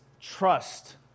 trust